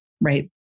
right